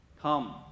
come